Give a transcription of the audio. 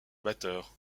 batteur